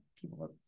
people